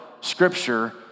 Scripture